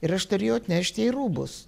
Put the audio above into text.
ir aš turėjau atnešti jai rūbus